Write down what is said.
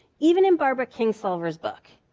even in barbara kingsolver's book.